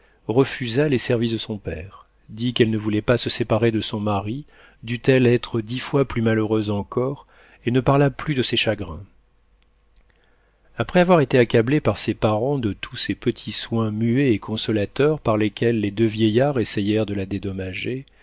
refusa les services de son père dit qu'elle ne voulait pas se séparer de son mari dût-elle être dix fois plus malheureuse encore et ne parla plus de ses chagrins après avoir été accablée par ses parents de tous ces petits soins muets et consolateurs par lesquels les deux vieillards essayèrent de la dédommager